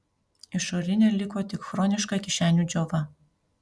išorinė liko tik chroniška kišenių džiova